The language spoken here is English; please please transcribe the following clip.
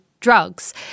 drugs